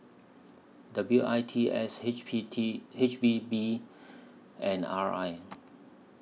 W I T S H P T H P B and R I